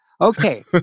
Okay